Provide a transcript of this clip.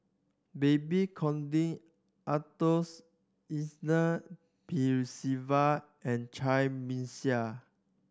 Babes Conde Arthur Ernest Percival and Cai Bixia